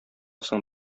соң